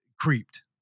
creeped